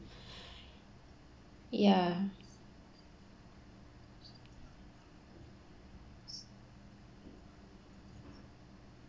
yeah